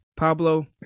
Pablo